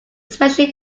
especially